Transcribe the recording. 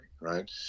right